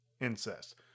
incest